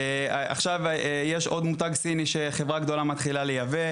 עכשיו יש עוד מותג סיני שחברה גדולה מתחילה לייבא,